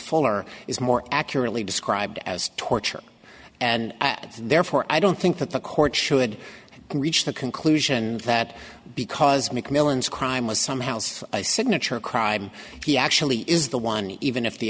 fuller is more accurately described as torture and therefore i don't think that the court should reach the conclusion that because mcmillan's crime was some house signature crime he actually is the one even if the